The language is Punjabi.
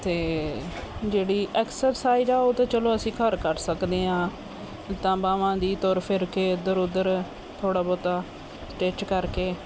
ਅਤੇ ਜਿਹੜੀ ਐਕਸਰਸਾਈਜ਼ ਆ ਉਹ ਤਾਂ ਚਲੋ ਅਸੀਂ ਘਰ ਕਰ ਸਕਦੇ ਹਾਂ ਲੱਤਾਂ ਬਾਵਾਂ ਦੀ ਤੁਰ ਫਿਰ ਕੇ ਇੱਧਰ ਉੱਧਰ ਥੋੜ੍ਹਾ ਬਹੁਤਾ ਸਟਿੱਚ ਕਰਕੇ